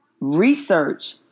Research